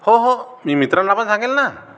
हो हो मी मित्रांना पण सांगेल ना